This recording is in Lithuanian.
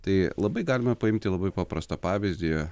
tai labai galime paimti labai paprastą pavyzdį